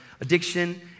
addiction